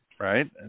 right